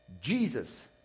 Jesus